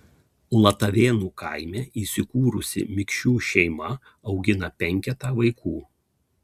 latavėnų kaime įsikūrusi mikšių šeima augina penketą vaikų